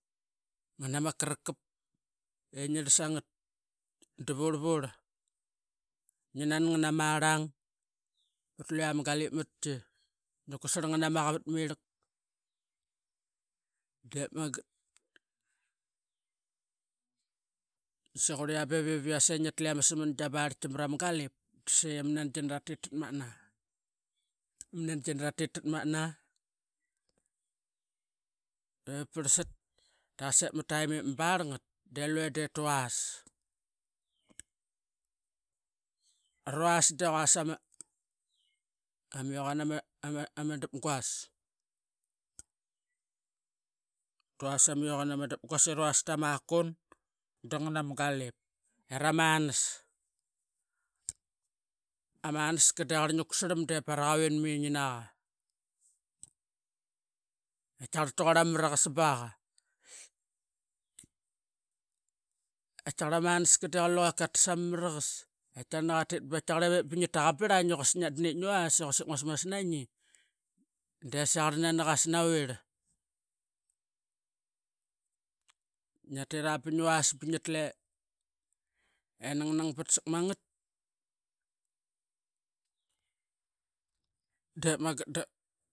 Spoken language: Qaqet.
Ngana ma karakap engi rlasangat davurlvurl. Ngi nan ngana marlang pat luia ma galip matki, ngi kutsarl ngana ma qavat mi rlak dep magat, sequrlia beviase ngitle ama samangi vara ma galip dase ama nangina tatit tatmatna. Ama nangina ratmatna be parl sat daqase barl ngat de lue dip tuvas sama yoqan galie erama ans. Ama ans ka de qarl ngi kutsrlam bara qavin ngi na qa. Qataqarl ta quarl ama maraqas baqa. Ati qarl am anska de luqe katas ama maraqas eqataqarl naqa tit baqa tiqarl e ngi taqa brlain ba quasik ngi was i quasik masmas nangi, de saqarl nana qatas navirl, ngiatira, dengitlu erang nang bat sak mangat. Dep magat da.